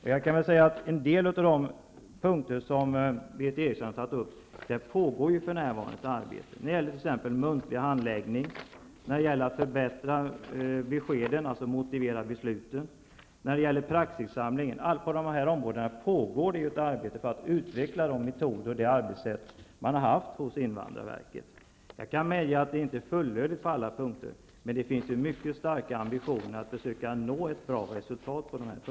Det pågår för närvarande ett arbete i fråga om en del av de punkter som Berith Eriksson har tagit upp, såsom beträffande t.ex. muntlig handläggning, motivering av besluten och praxissamling. På alla dessa områden pågår det ett arbete för att utveckla de metoder och det arbetssätt som invandrarverket har tillämpat. Jag medger att dessa inte är fullödiga till alla delar, men det finns mycket starka ambitioner att försöka nå ett bra resultat.